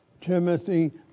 Timothy